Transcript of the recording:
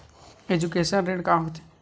Education ऋण का होथे?